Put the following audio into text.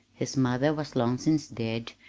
his mother was long since dead,